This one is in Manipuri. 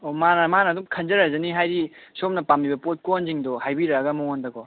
ꯑꯣ ꯃꯥꯅ ꯑꯗꯨꯝ ꯈꯟꯖꯔꯛꯑꯖꯅꯤ ꯍꯥꯏꯕꯗꯤ ꯁꯣꯝꯅ ꯄꯥꯝꯕꯤꯕ ꯄꯣꯠ ꯀꯣꯟꯁꯤꯡꯗꯣ ꯍꯥꯏꯕꯤꯔꯛꯑꯒ ꯃꯉꯣꯟꯗ ꯀꯣ